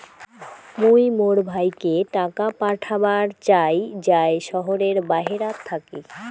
মুই মোর ভাইকে টাকা পাঠাবার চাই য়ায় শহরের বাহেরাত থাকি